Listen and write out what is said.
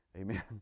amen